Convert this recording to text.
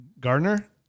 Gardner